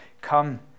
come